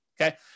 okay